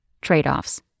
trade-offs